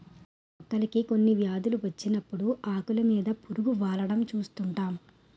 మొక్కలకి కొన్ని వ్యాధులు వచ్చినప్పుడు ఆకులు మీద పురుగు వాలడం చూస్తుంటాం